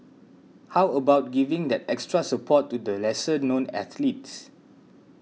how about giving that extra support to the lesser known athletes